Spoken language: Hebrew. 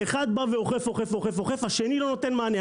אחד בא ואוכף ואוכף, השני לא נותן מענה.